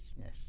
Yes